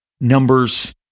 numbers